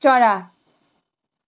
चरा